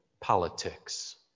politics